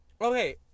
Okay